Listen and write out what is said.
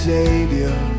Savior